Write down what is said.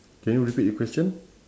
can you repeat your question